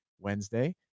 Wednesday